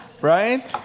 right